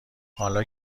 حالا